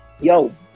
yo